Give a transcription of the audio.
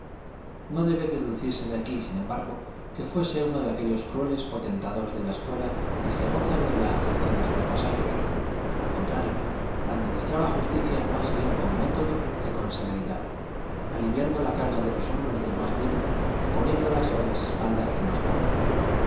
no debe deducirse de aquí sin embargo que fuese uno de aquellos crueles potentados de la escuela que se gozan en la aflicción de sus vasallos al contrario administraba justicia más bien con método que con severidad aliviando la carga de los hombros del más débil y poniéndola sobre las espaldas del más fuerte